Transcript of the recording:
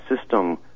system